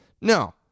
No